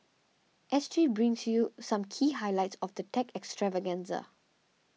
S T brings you some key highlights of the tech extravaganza